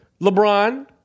LeBron